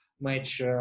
match